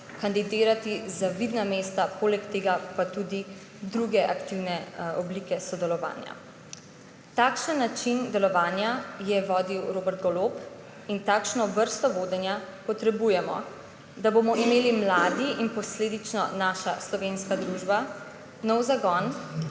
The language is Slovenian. kandidirati za vidna mesta, poleg tega pa tudi druge aktivne oblike sodelovanja. Takšen način delovanja je vodil Robert Golob in takšno vrsto vodenja potrebujemo, da bomo imeli mladi in posledično naša slovenska družba nov zagon